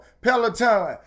Peloton